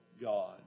God